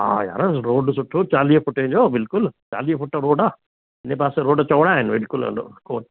हा यार रोड सुठो चालीह फुटे जो बिल्कुलु चालीह फुट रोड आहे हुनजे पासे रोड चौड़ा आहिनि बिल्कुल हलो कोन्ह